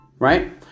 Right